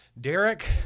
Derek